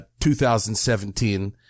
2017